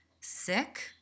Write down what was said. sick